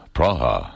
Praha